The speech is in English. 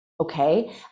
Okay